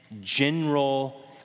general